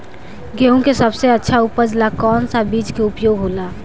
गेहूँ के सबसे अच्छा उपज ला कौन सा बिज के उपयोग होला?